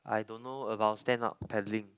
I don't know about stand up paddling